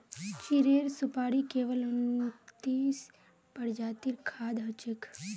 चीड़ेर सुपाड़ी केवल उन्नतीस प्रजातिर खाद्य हछेक